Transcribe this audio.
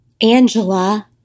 Angela